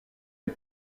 les